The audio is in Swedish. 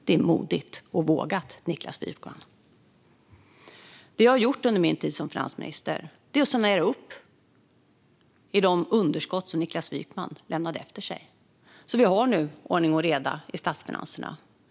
Det är modigt och vågat, Niklas Wykman. Det jag har gjort under min tid som finansminister är att sanera upp i de underskott som Niklas Wykman lämnade efter sig. Nu har vi ordning och reda i statsfinanserna.